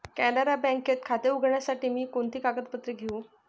कॅनरा बँकेत खाते उघडण्यासाठी मी कोणती कागदपत्रे घेऊ?